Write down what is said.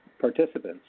participants